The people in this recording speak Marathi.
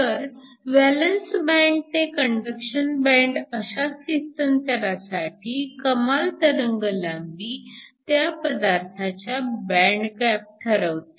तर व्हॅलन्स बँड ते कंडक्शन बँड अशा स्थित्यंतरासाठी कमाल तरंगलांबी त्या पदार्थाच्या बँड गॅप ठरवते